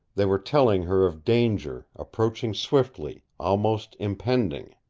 they were telling her of danger, approaching swiftly, almost impending.